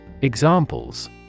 Examples